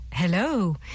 Hello